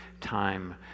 time